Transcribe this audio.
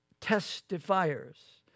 testifiers